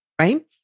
right